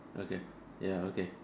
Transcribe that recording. okay ya okay